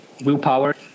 Willpower